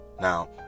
Now